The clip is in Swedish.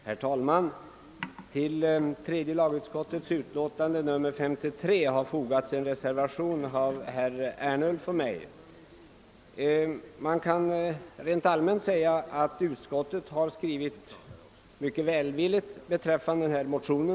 Herr talman! Vid tredje lagutskottets utlåtande nr 53 är fogad en reservation av herr Ernulf och mig. Rent allmänt kan man säga att utskottet har skrivit mycket välvilligt om motionen 1:382.